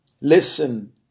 Listen